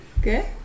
Okay